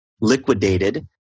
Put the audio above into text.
liquidated